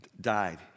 died